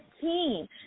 team